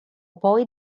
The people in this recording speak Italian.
poi